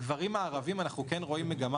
אצל הגברים הערבים אנחנו כן רואים מגמה